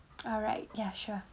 alright ya sure